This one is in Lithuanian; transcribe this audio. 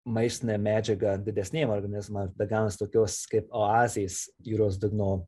maistine medžiaga didesniem organizmam tada gaunas tokios kaip oazės jūros dugno